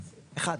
אחד.